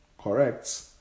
correct